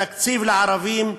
תקציב לערבים,